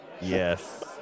Yes